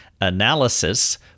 analysis